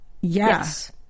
Yes